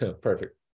Perfect